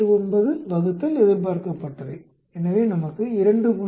89 ÷ எதிர்பார்க்கப்பட்டவை எனவே நமக்கு 2